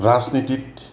ৰাজনীতিত